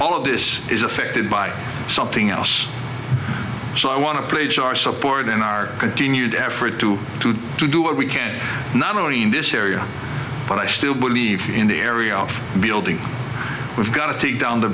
all of this is affected by something else so i want to place our support in our continued effort to to to do what we can not only in this area but i still believe in the area of building we've got to take down the